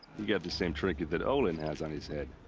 you've got the same trinket that olin has on his head.